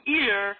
ear